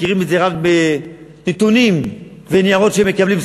מכירים את זה רק מנתונים וניירות שהם מקבלים,